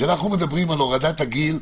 כשאנחנו מדברים על הורדת הגיל,